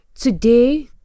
Today